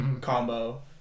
combo